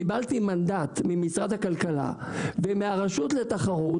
קיבלתי מנדט ממשרד הכלכלה ומהרשות לתחרות,